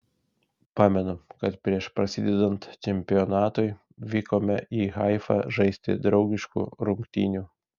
pamenu kad prieš prasidedant čempionatui vykome į haifą žaisti draugiškų rungtynių